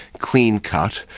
clean cut,